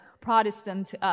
Protestant